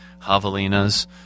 Javelinas